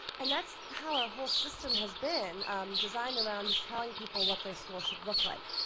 and that's how our whole system has been designed around just telling people what their school should look like.